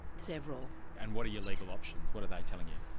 several. and what are your legal options, what are they telling you?